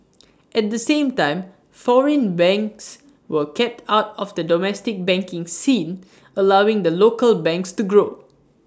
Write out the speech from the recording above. at the same time foreign banks were kept out of the domestic banking scene allowing the local banks to grow